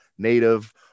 native